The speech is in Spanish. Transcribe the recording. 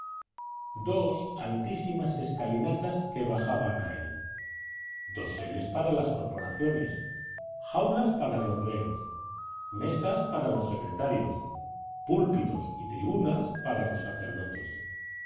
dos altísimas escalinatas que bajaban a él doseles para las corporaciones jaulas para los reos mesas para los secretarios púlpitos y tribunas para los sacerdotes